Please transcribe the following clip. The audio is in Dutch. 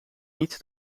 niet